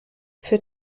für